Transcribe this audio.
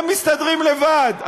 הם מסתדרים לבד?